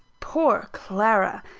poor clara!